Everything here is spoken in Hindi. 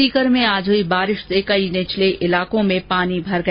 सीकर में आज हुई बारिश से कई निचले इलाकों में पानी भर गया